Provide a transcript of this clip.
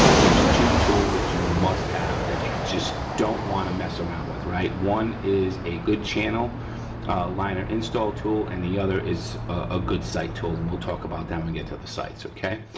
there's two tools that you must have that you just don't wanna mess around with, right. one is a good channel liner install tool and the other is a good sight tool and we'll talk about that when we get to the sights, okay.